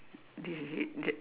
this it it that